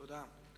תודה.